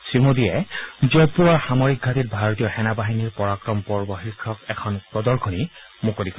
শ্ৰীমোদীয়ে যোধপুৰৰ সামৰিক ঘাটীত ভাৰতীয় সেনা বাহিনীৰ পৰাক্ৰম পৰ্ব শীৰ্ষক এখন প্ৰদশনী মুকলি কৰে